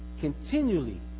continually